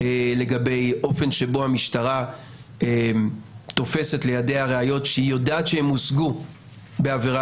לגבי האופן שבו המשטרה תופסת לידיה ראיות שהיא יודעת שהן הושגו בעבירה,